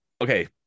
okay